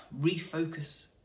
refocus